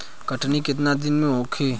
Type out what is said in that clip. कटनी केतना दिन में होखे?